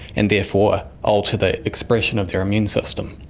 and therefore alter the expression of their immune system?